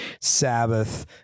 sabbath